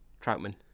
Troutman